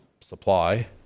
supply